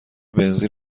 بنزین